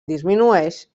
disminueix